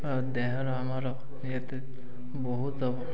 ଆଉ ଦେହର ଆମର ଏତେ ବହୁତ